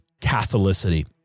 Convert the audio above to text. Catholicity